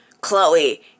Chloe